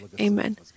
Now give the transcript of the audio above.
Amen